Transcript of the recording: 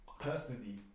personally